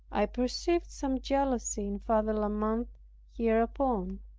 i perceived some jealously in father la mothe hereupon,